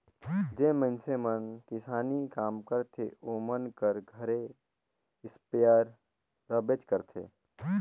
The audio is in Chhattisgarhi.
जेन मइनसे मन किसानी काम करथे ओमन कर घरे इस्पेयर रहबेच करथे